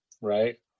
right